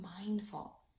mindful